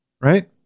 right